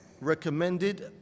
recommended